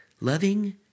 Loving